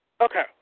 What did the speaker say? Okay